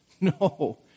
No